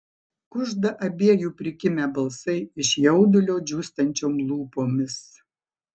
kužda abiejų prikimę balsai iš jaudulio džiūstančiom lūpomis